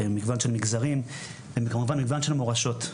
מגוון של מגזרים וכמובן מגוון של מורשות,